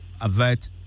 avert